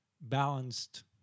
balanced